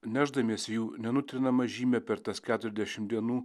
nešdamiesi jų nenutrinamą žymę per tas keturiasdešim dienų